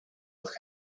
left